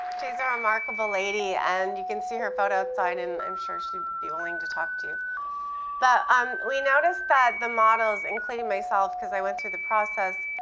she's a remarkable lady and you can see her photo outside and i'm sure she'd be willing to talk to you. but um we noticed that the models including myself because i went through the process,